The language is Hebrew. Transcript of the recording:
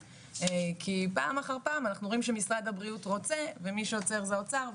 כי פעם אחר פעם אנחנו רואים שמשרד הבריאות רוצה ומי שעוצר זה האוצר,